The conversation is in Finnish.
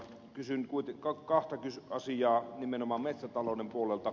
kysyn kahta asiaa nimenomaan metsätalouden puolelta